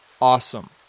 awesome